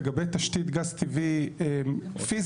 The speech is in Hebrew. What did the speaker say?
לגבי תשתית גז טבעי פיזית,